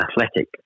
athletic